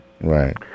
Right